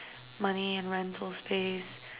money and rental space